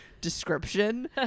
description